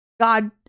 God